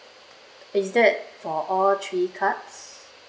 is that for all three cards